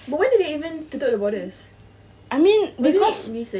but when did it even tutup the borders is it recent no eh